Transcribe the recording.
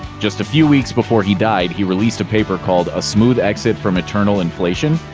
just a few weeks before he died, he released a paper called a smooth exit from eternal inflation?